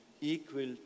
equal